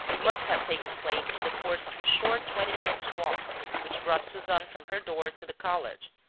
must have taken place in the course of the short twenty minutes' walk which brought suzanne from her door to the college,